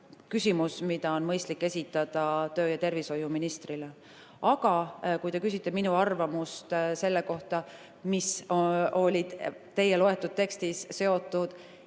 küsimus, mida on mõistlik esitada tervise‑ ja tööministrile. Aga kui te küsite minu arvamust selle kohta, mis oli teie etteloetud tekstis seotud